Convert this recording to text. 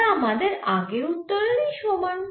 যা আমাদের আগের উত্তরের সমান